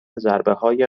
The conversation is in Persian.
ضربههای